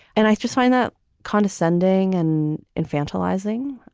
and i just find that condescending and infantilizing.